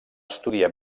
estudiar